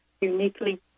uniquely